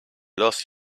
lost